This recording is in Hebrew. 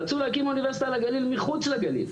רצו להקים אוניברסיטה לגליל מחוץ לגליל,